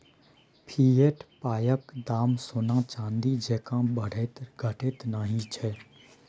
fiat पायक दाम सोना चानी जेंका बढ़ैत घटैत नहि छै